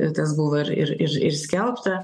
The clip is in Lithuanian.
ir tas buvo ir ir ir ir skelbta